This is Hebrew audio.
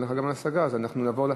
אין גם לך השגה, אז אנחנו נעבור,